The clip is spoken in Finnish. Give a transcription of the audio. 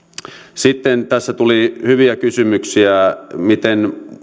sitten tässä tuli hyviä kysymyksiä esimerkiksi miten